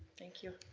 thank you.